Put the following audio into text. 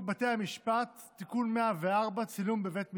בתי המשפט (תיקון מס' 104) (צילום בבית המשפט),